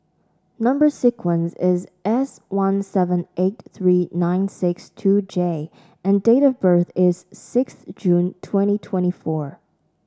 number sequence is S one seven eight three nine six two J and date of birth is six June twenty twenty four